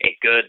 good